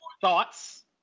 thoughts